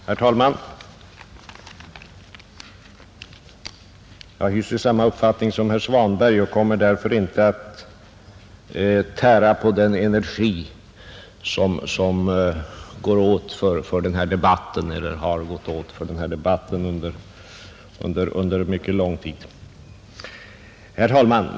Herr talman! Jag hyser samma uppfattning som herr Svanberg och kommer därför inte att tära på den energi som går åt för denna debatt — och som har pågått under mycket lång tid.